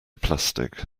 plastic